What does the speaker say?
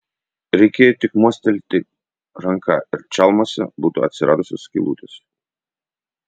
reikėjo tik mostelėti ranka ir čalmose būtų atsiradusios skylutės